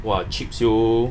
!wah! cheap [siol]